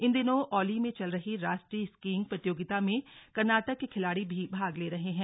इन दिनों औली में चल रही राष्ट्रीय स्कीईंग प्रतियोगिता में कर्नाटक के खिलाड़ी भी भाग ले रहे हैं